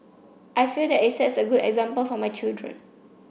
I feel that it sets a good example for my children